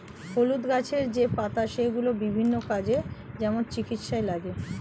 হলুদ গাছের যেই পাতা সেগুলো বিভিন্ন কাজে, যেমন চিকিৎসায় লাগে